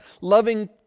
loving